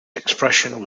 expression